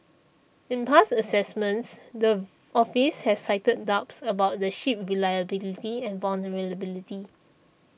in past assessments the office has cited doubts about the ship's reliability and vulnerability